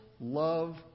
love